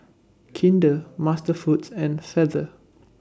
Kinder MasterFoods and Feather